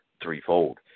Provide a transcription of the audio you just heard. threefold